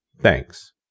Thanks